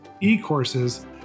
e-courses